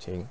cheng